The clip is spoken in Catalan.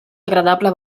agradable